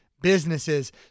businesses